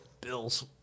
Bills